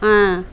ஆ